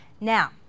Now